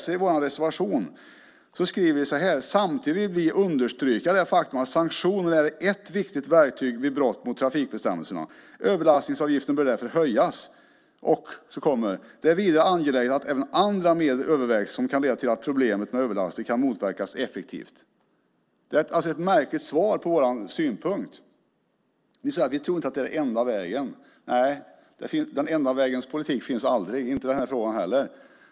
I vår reservation skriver vi så här: Samtidigt vill vi understryka det faktum att sanktioner är ett viktigt verktyg vid brott mot trafikbestämmelserna. Överlastningsavgiften bör därför höjas. Det är vidare angeläget att även andra medel övervägs som kan leda till att problemet med överlaster kan motverkas effektivt. Det är alltså ett märkligt svar på vår synpunkt. Ni säger att ni inte tror att det är den enda vägen. Nej, den enda vägens politik finns aldrig, inte i den här frågan heller.